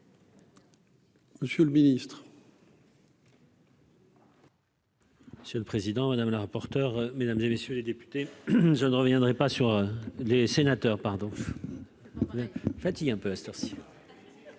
Monsieur le Ministre. Monsieur le président, madame la rapporteure, mesdames et messieurs les députés, nous, nous on ne reviendrait pas sur les sénateurs pardon. Après. Fatigue un peu cette.